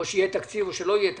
או שיהיה תקציב או שלא יהיה תקציב.